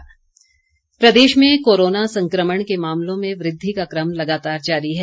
Himachal corona Pradesh में corona संक्रमण के मामलों में वृद्धि का क्रम लगातार जारी है